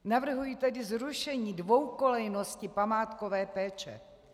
Navrhuji tedy zrušení dvoukolejnosti památkové péče.